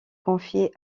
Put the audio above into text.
confié